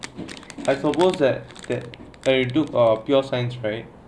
I suppose that that you took pure science right